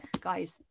guys